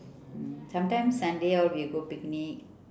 mm sometimes sunday all we'll go picnic